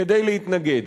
כדי להתנגד.